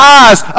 eyes